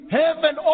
heaven